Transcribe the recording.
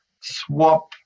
swap